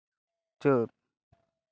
ᱪᱟᱹᱛ